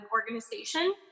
organization